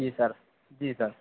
जी sir जी sir